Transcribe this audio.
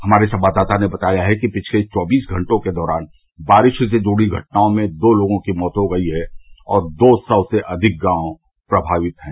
हमारे संवाददाता ने बताया है कि पिछले चौबीस घंटों के दौरान बारिश से जूझी घटनाओं में दो लोगों की मौत हो गई है और दो सौ से अधिक गांव बाढ़ से प्रभावित हैं